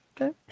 Okay